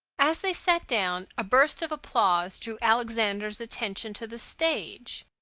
as they sat down, a burst of applause drew alexander's attention to the stage.